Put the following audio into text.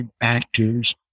actors